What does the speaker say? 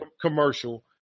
commercial